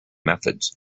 methods